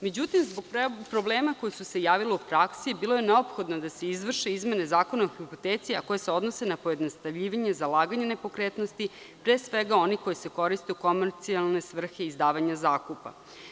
Međutim, zbog problema koji su se javili u praksi bilo je neophodno da se izvrše izmene Zakona o hipoteci, a koje se odnose na pojednostavljivanje zalaganja nepokretnosti pre svega onikoji se koriste u komercijalne svrhe izdavanja zakupa.